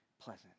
Pleasant